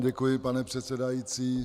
Děkuji vám, pane předsedající.